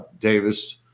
Davis